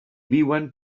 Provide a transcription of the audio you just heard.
viuen